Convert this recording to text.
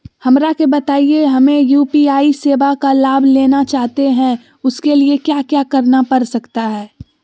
हमरा के बताइए हमें यू.पी.आई सेवा का लाभ लेना चाहते हैं उसके लिए क्या क्या करना पड़ सकता है?